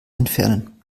entfernen